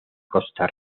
costa